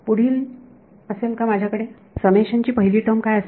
पुढील असेल का माझ्याकडे समेशन ची पहिली टर्म काय असेल